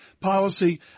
policy